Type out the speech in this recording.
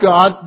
God